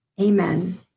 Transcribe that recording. Amen